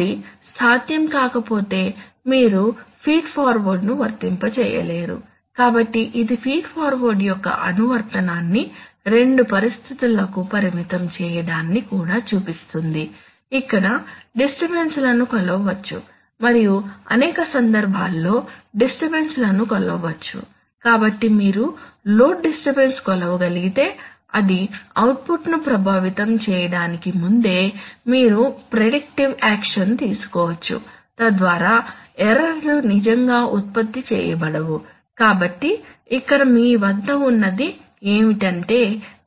అది సాధ్యం కాకపోతే మీరు ఫీడ్ఫార్వర్డ్ను వర్తింపజేయలేరు కాబట్టి ఇది ఫీడ్ఫార్వర్డ్ యొక్క అనువర్తనాన్ని రెండు పరిస్థితులకు పరిమితం చేయడాన్ని కూడా చూపిస్తుంది ఇక్కడ డిస్టర్బన్స్ ల ను కొలవవచ్చు మరియు అనేక సందర్భాల్లో డిస్టర్బన్స్ లను కొలవవచ్చు కాబట్టి మీరు లోడ్ డిస్టర్బన్స్ కొలవ గలిగితే అది అవుట్పుట్ను ప్రభావితం చేయడానికి ముందే మీరు ప్రెడిక్టివ్ యాక్షన్ తీసుకోవచ్చు తద్వారా ఎర్రర్ లు నిజంగా ఉత్పత్తి చేయబడవు కాబట్టి ఇక్కడ మీ వద్ద ఉన్నది ఏమిటంటే